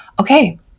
okay